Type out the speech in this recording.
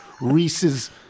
Reese's